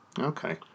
okay